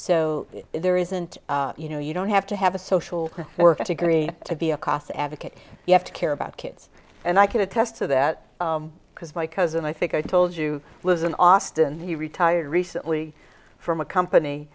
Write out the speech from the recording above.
so there isn't you know you don't have to have a social worker to agree to be a class advocate you have to care about kids and i can attest to that because my cousin i think i told you was in austin he retired recently from a company